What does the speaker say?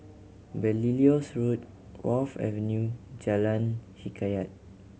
Belilios Road Wharf Avenue Jalan Hikayat